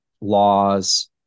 Laws